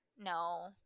No